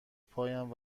پایم